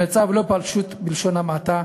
המצב לא פשוט, בלשון המעטה,